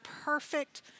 perfect